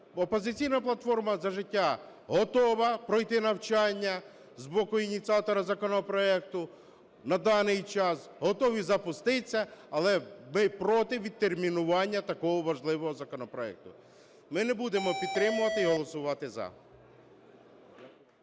"Опозиційна платформа - За життя" готова пройти навчання з боку ініціатора законопроекту на даний час, готові запустить це, але ми проти відтермінування такого важливого законопроекту. Ми не будемо підтримувати і голосувати "за".